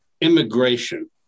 immigration